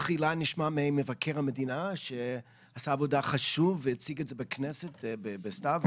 תחילה נשמע ממבקר המדינה שעשה עבודה חשובה והציג אותה בכנסת בסתיו,